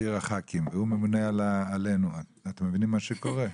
והוא ממונה עלינו, אתם מבינים את מה שקורה?